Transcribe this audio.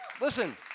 listen